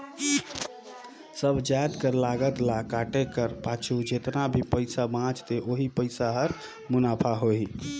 सब जाएत कर लागत ल काटे कर पाछू जेतना भी पइसा बांचथे ओही पइसा हर मुनाफा होही